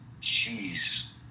jeez